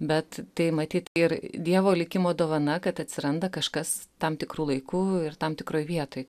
bet tai matyt ir dievo likimo dovana kad atsiranda kažkas tam tikru laiku ir tam tikroj vietoj